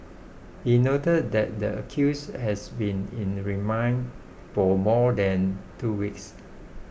he noted that the accused has been in the remand for more than two weeks